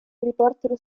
riportano